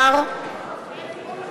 לך בסיבוב הראשון.